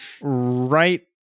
right